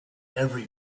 every